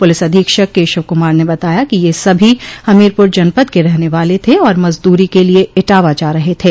police अधीक्षक केशव कुमार ने बताया कि यह सभी हमीरपुर जनपद के रहने वाले थे और मजदूरी के लिये इटावा जा रहे थे